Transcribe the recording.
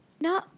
No